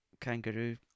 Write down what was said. kangaroo